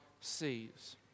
sees